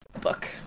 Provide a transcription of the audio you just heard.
book